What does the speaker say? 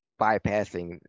bypassing